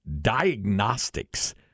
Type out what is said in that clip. diagnostics